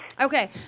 Okay